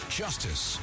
justice